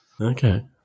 Okay